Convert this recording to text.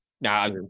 Now